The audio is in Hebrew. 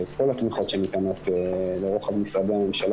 כל התמיכות שניתנות לרוחב משרדי הממשלה